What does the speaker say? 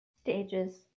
Stages